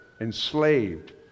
enslaved